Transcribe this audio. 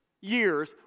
years